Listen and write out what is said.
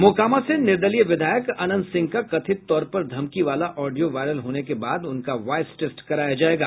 मोकामा से निर्दलीय विधायक अनंत सिंह का कथित तौर पर धमकी वाला ओडियो वायरल होने के बाद उनका वॉयस टेस्ट कराया जायेगा